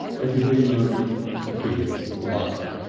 everybody murmured here's luck.